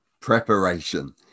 preparation